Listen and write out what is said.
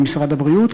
במשרד הבריאות,